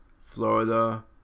Florida